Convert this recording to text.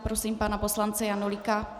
Prosím pana poslance Janulíka.